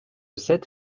sept